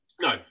No